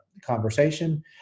conversation